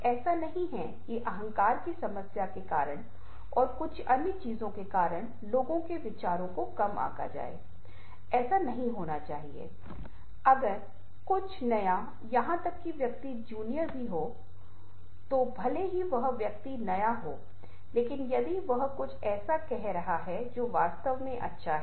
आपके पास इसका एक विशेष समझ है कि इसका क्या मतलब है अब जिस तरह से आप इस छवि को समझेंगे वह बहुत अलग होगा यदि आप इसे दु ख कहते हैं और यह इस बात का एक व्यक्तिगत अर्थ देता है और आप कह सकते हैं कि यह वान गाग की बहन है